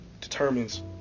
determines